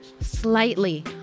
slightly